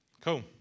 Cool